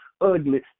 ugly